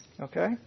Okay